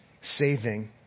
saving